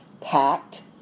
packed